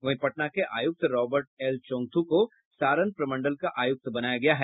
वहीं पटना के आयुक्त रॉबर्ट एल चोंग्थू को सारण प्रमंडल का आयुक्त बनाया गया है